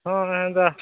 ହଁ ହଁ ହେନ୍ତା